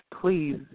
please